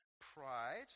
pride